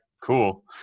cool